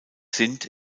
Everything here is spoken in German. sind